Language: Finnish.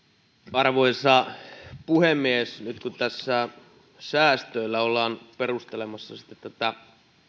arvoisa puhemies nyt kun tässä säästöillä ollaan perustelemassa sitten tätä